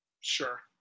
Sure